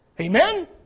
Amen